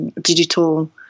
digital